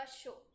show